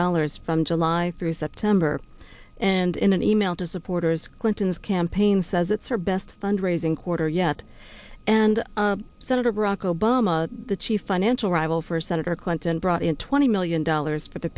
dollars from july through september and in an e mail to supporters clinton's campaign says it's her best fund raising quarter yet and senator barack obama the chief financial rival for senator clinton brought in twenty million dollars for the